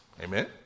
Amen